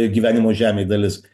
gyvenimo žemėj dalis